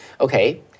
Okay